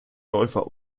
läufer